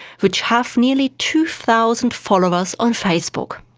which have nearly two thousand followers on facebook.